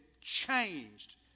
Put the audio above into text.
changed